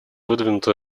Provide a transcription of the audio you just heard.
выдвинуты